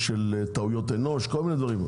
טעויות אנוש וכל מיני דברים.